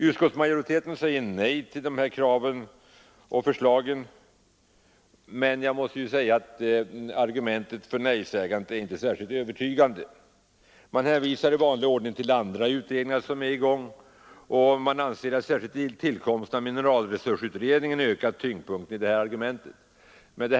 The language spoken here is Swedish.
Utskottsmajoriteten säger nej till dessa förslag, men argumentet för nejsägandet är inte särskilt övertygande. Man hänvisar i vanlig ordning till pågående utredningar och man anser att särskilt tillkomsten av mineralresursutredningen ökat tyngden i det argumentet.